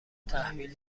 تحویل